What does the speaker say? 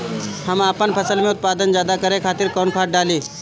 हम आपन फसल में उत्पादन ज्यदा करे खातिर कौन खाद डाली?